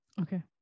Okay